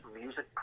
music